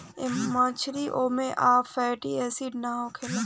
इ मछरी में ओमेगा आ फैटी एसिड ना होखेला